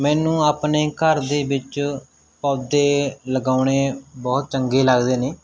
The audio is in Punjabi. ਮੈਨੂੰ ਆਪਣੇ ਘਰ ਦੇ ਵਿੱਚ ਪੌਦੇ ਲਗਾਉਣੇ ਬਹੁਤ ਚੰਗੇ ਲੱਗਦੇ ਨੇ